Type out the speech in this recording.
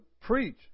preach